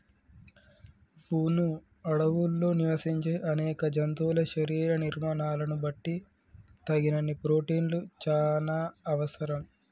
వును అడవుల్లో నివసించే అనేక జంతువుల శరీర నిర్మాణాలను బట్టి తగినన్ని ప్రోటిన్లు చానా అవసరం